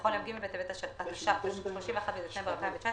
נכון ליום ג' בטבת התש"ף (31 בדצמבר 2019)